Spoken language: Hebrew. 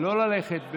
לא ללכת,